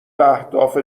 اهداف